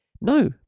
no